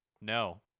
No